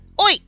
oi